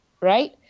right